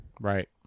Right